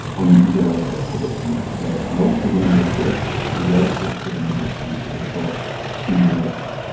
and these are all just predictions. and also the number of deaths relative to the number of cases we've got seem less,